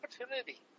opportunity